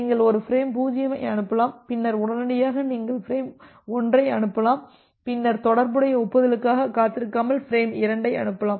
நீங்கள் ஒரு பிரேம் 0ஐ அனுப்பலாம் பின்னர் உடனடியாக நீங்கள் பிரேம் 1ஐ அனுப்பலாம் பின்னர் தொடர்புடைய ஒப்புதலுக்காக காத்திருக்காமல் பிரேம் 2 ஐ அனுப்பலாம்